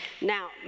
Now